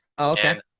okay